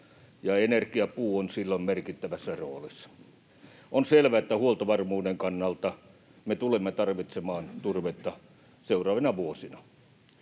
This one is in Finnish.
ja energiapuu on silloin merkittävässä roolissa. On selvää, että huoltovarmuuden kannalta me tulemme tarvitsemaan turvetta seuraavina vuosina.